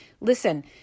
Listen